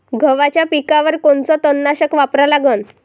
गव्हाच्या पिकावर कोनचं तननाशक वापरा लागन?